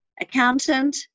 accountant